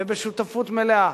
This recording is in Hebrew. ובשותפות מלאה,